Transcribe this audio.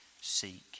seek